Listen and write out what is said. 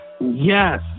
Yes